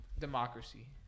Democracy